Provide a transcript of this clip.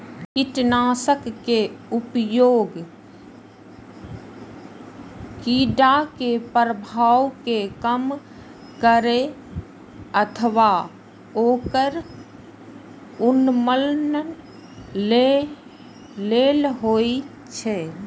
कीटनाशक के उपयोग कीड़ाक प्रभाव कें कम करै अथवा ओकर उन्मूलन लेल होइ छै